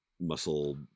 muscle